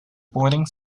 boarding